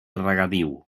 regadiu